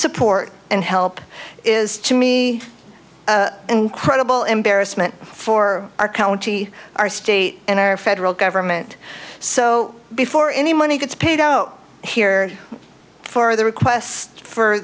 support and help is to me incredible embarrassment for our county our state and our federal government so before any money gets paid out here for the request for